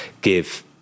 give